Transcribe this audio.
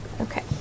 okay